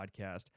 podcast